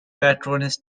patronage